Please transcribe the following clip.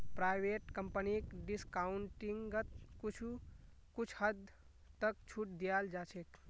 private कम्पनीक डिस्काउंटिंगत कुछ हद तक छूट दीयाल जा छेक